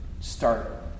start